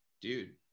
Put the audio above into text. dude